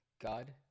God